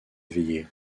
éveillés